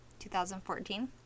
2014